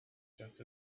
just